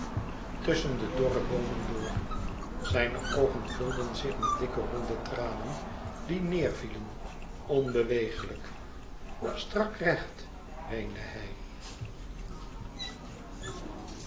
tusschen de dorre boomen door zijne oogen vulden zich met dikke ronde tranen die neêrvielen onbewegelijk strakrecht weende hij